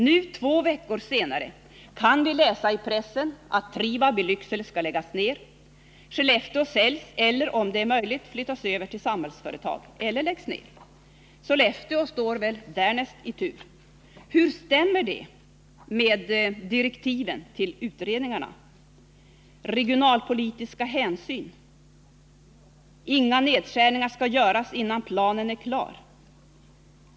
Nu, två veckor senare, kan vi läsa i pressen att Trivab i Lycksele skall läggas ned, att fabriken i Skellefteå skall säljas eller, om det är möjligt, flyttas över till samhällsföretag eller läggas ned. Sollefteåfabriken står väl närmast i tur. Hur stämmer det med utredningsdirektiven om att regionalpolitiska hänsyn skall tas och att inga nedskärningar skall göras innan planen är klar?